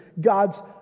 God's